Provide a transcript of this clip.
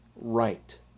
right